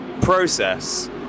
process